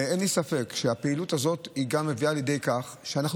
ואין לי ספק שהפעילות הזו גם מביאה לידי כך שאנחנו